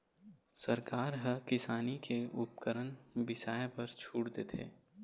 सरकार ह किसानी के उपकरन बिसाए बर छूट देथे